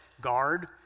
guard